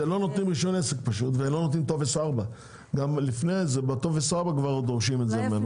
הם לא נותנים רישיון עסק וטופס 4. כבר בטופס 4 דורשים את זה.